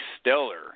stellar